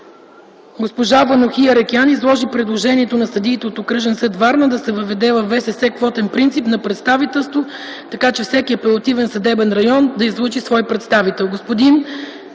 Госпожа Ванухи Аракелян изложи предложението на съдиите от Окръжния съд – Варна, да се въведе във ВСС квотен принцип на представителство, така че всеки апелативен съдебен район да излъчи свой представител.